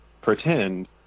pretend